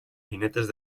jinetes